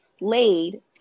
laid